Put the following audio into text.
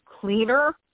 cleaner